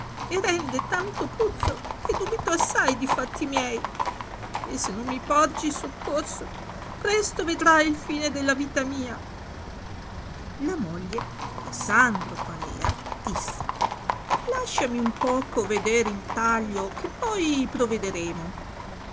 e rende tanto puzzo che dubito assai di fatti miei e se non mi porgi soccorso presto vedrai il fine della vita mia la moglie che sandro parca disse lasciami un poco veder il taglio che poi provederemo